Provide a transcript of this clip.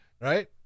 Right